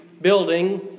building